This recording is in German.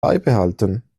beibehalten